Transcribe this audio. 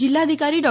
जिल्हाधिकारी डॉ